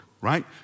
right